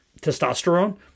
testosterone